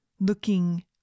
looking